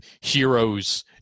heroes